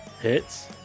Hits